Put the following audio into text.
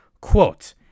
Quote